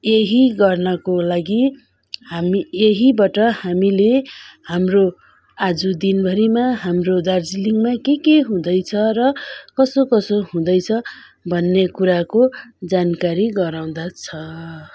यहीँ गर्नको लागि हामी यहीबाट हामीले हाम्रो आज दिनभरिमा हाम्रो दार्जिलिङमा के के हुँदैछ र कसो कसो हुँदैछ भन्ने कुराको जानकारी गराउँदछ